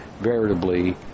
veritably